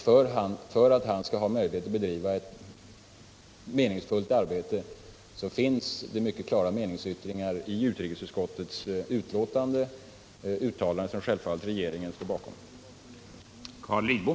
För att han skall ha möjlighet att bedriva ett meningsfullt arbete har man gjort mycket klara meningsyttringar i utrikesutskottets betänkande, och det är uttalanden som regeringen självfallet står bakom.